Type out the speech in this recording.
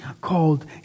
called